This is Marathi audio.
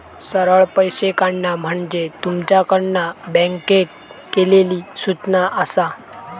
सरळ पैशे काढणा म्हणजे तुमच्याकडना बँकेक केलली सूचना आसा